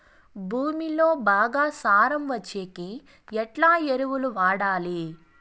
భూమిలో బాగా సారం వచ్చేకి ఎట్లా ఎరువులు వాడాలి?